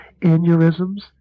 Aneurysms